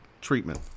treatment